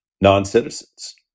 non-citizens